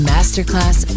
Masterclass